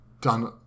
done